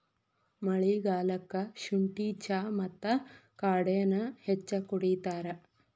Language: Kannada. ಮಳಿಗಾಲಕ್ಕ ಸುಂಠಿ ಚಾ ಮತ್ತ ಕಾಡೆನಾ ಹೆಚ್ಚ ಕುಡಿತಾರ